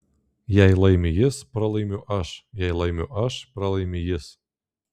jei laimi jis pralaimiu aš jei laimiu aš pralaimi jis